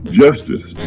justice